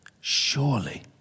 Surely